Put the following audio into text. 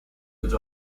would